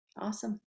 Awesome